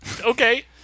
Okay